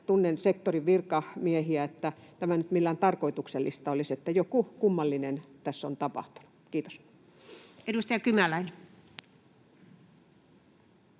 tunnen sektorin virkamiehiä, että tämä nyt millään tarkoituksellista olisi, eli jotain kummallista tässä on tapahtunut. — Kiitos. [Speech